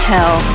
Hell